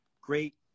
great